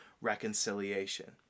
reconciliation